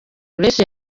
grace